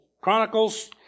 Chronicles